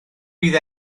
bydd